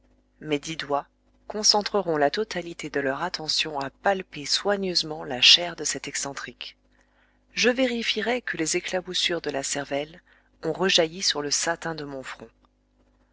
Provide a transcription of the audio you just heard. mes dix doigts concentreront la totalité de leur attention à palper soigneusement la chair de cet excentrique je vérifierai que les éclaboussures de la cervelle ont rejailli sur le satin de mon front